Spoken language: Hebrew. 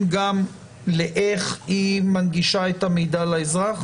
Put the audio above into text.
גם לאיך היא מנגישה את המידע לאזרח?